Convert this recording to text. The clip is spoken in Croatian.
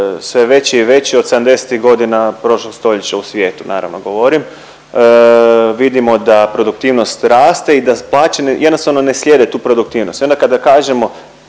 sve veći je i veći od '70.-tih godina prošlog stoljeća u svijetu naravno govorim. Vidimo da produktivnost raste i da plaće jednostavno ne slijede tu produktivnost.